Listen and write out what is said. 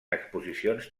exposicions